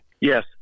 Yes